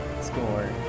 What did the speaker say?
Score